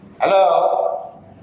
Hello